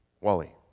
Wally